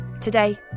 Today